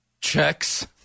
checks